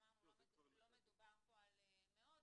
אמרנו שלא מדובר פה על מאות.